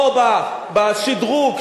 או בשדרוג,